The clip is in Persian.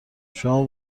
شما